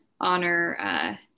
honor